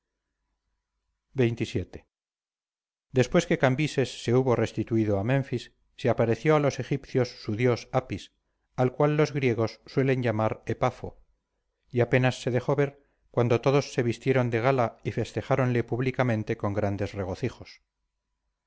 xxvii después que cambises se hubo restituido a menfis se apareció a los egipcios su dios apis al cual los griegos suelen llamar epafo y apenas se dejó ver cuando todos se vistieron de gala y festejáronle públicamente con grandes regocijos